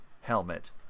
helmet